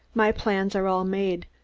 my plans are all made,